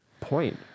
point